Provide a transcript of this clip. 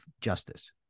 justice